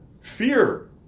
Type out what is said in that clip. Fear